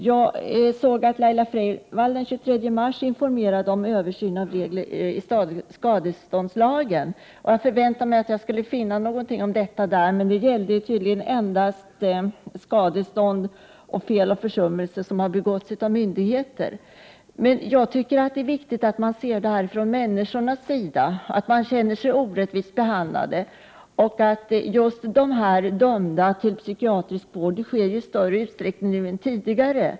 Den 23 mars informerade justitieministern om översyn av reglerna i skadeståndslagen. Jag förväntade mig att jag skulle finna någonting om detta, men översynen gällde tydligen endast skadestånd på grund av försummelser som begåtts av myndigheter. Jag tycker att det är viktigt att man ser det här från de drabbades sida, som känner sig orättvist behandlade. Att någon blir dömd till psykiatrisk vård förekommer i större utsträckning än tidigare.